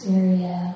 area